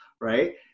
right